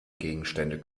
gegenstände